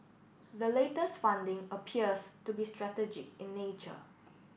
the latest funding appears to be strategic in nature